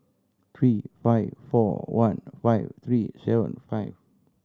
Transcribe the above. three five four one five three seven five